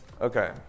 Okay